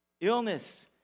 illness